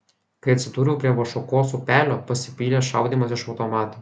kai atsidūriau prie vašuokos upelio pasipylė šaudymas iš automato